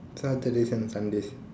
saturdays and sundays